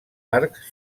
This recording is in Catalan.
arcs